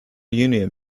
union